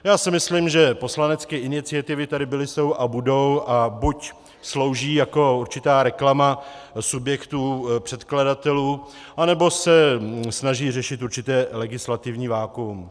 Já si myslím, že poslanecké iniciativy tady byly, jsou a budou a buď slouží jako určitá reklama subjektů předkladatelů, anebo se snaží řešit určité legislativní vakuum.